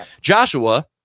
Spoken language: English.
Joshua